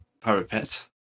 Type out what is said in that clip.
parapet